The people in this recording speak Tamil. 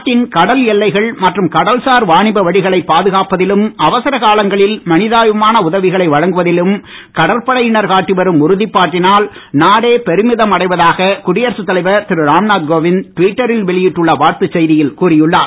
நாட்டின் கடல் எல்லைகள் மற்றும் கடல்சார் வாணிப வழிகளை பாதுகாப்பதிலும் அவசர காலங்களில் மனிதாபிமான உதவிகளை வழங்குவதிலும் கடற்படையினர் காட்டி வரும் உறுதிப்பாட்டினால் நாடே பெருமிதம் அடைவதாக குடியரசு தலைவர் திரு ராம்நாத் கோவிந்த் டுவிட்டரில் வெளியிட்டுள்ள வாழ்த்துச் செய்தியில் கூறி உள்ளார்